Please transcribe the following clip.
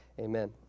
amen